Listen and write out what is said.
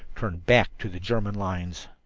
turn back to the german lines.